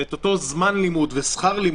אותו זמן לימוד ושכר לימוד,